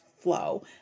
flow